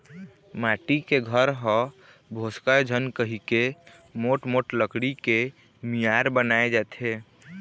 माटी के घर ह भोसकय झन कहिके मोठ मोठ लकड़ी के मियार बनाए जाथे